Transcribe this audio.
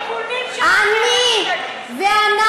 את המדינה שלך, את הארגונים שלכם, אני, ואנחנו,